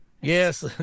Yes